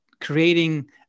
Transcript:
creating